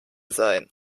sein